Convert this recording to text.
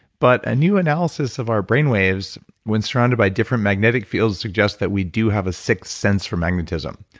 but a new analysis of our brain waves when surrounded by different magnetic fields, suggests that we do have a sixth sense for magnetism.